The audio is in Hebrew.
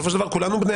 לא בדק